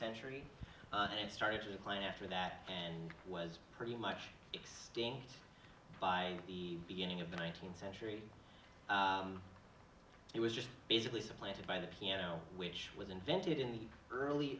century and it started to plan after that and was pretty much extinct by the beginning of the nineteenth century it was just basically supplanted by the piano which was invented in the early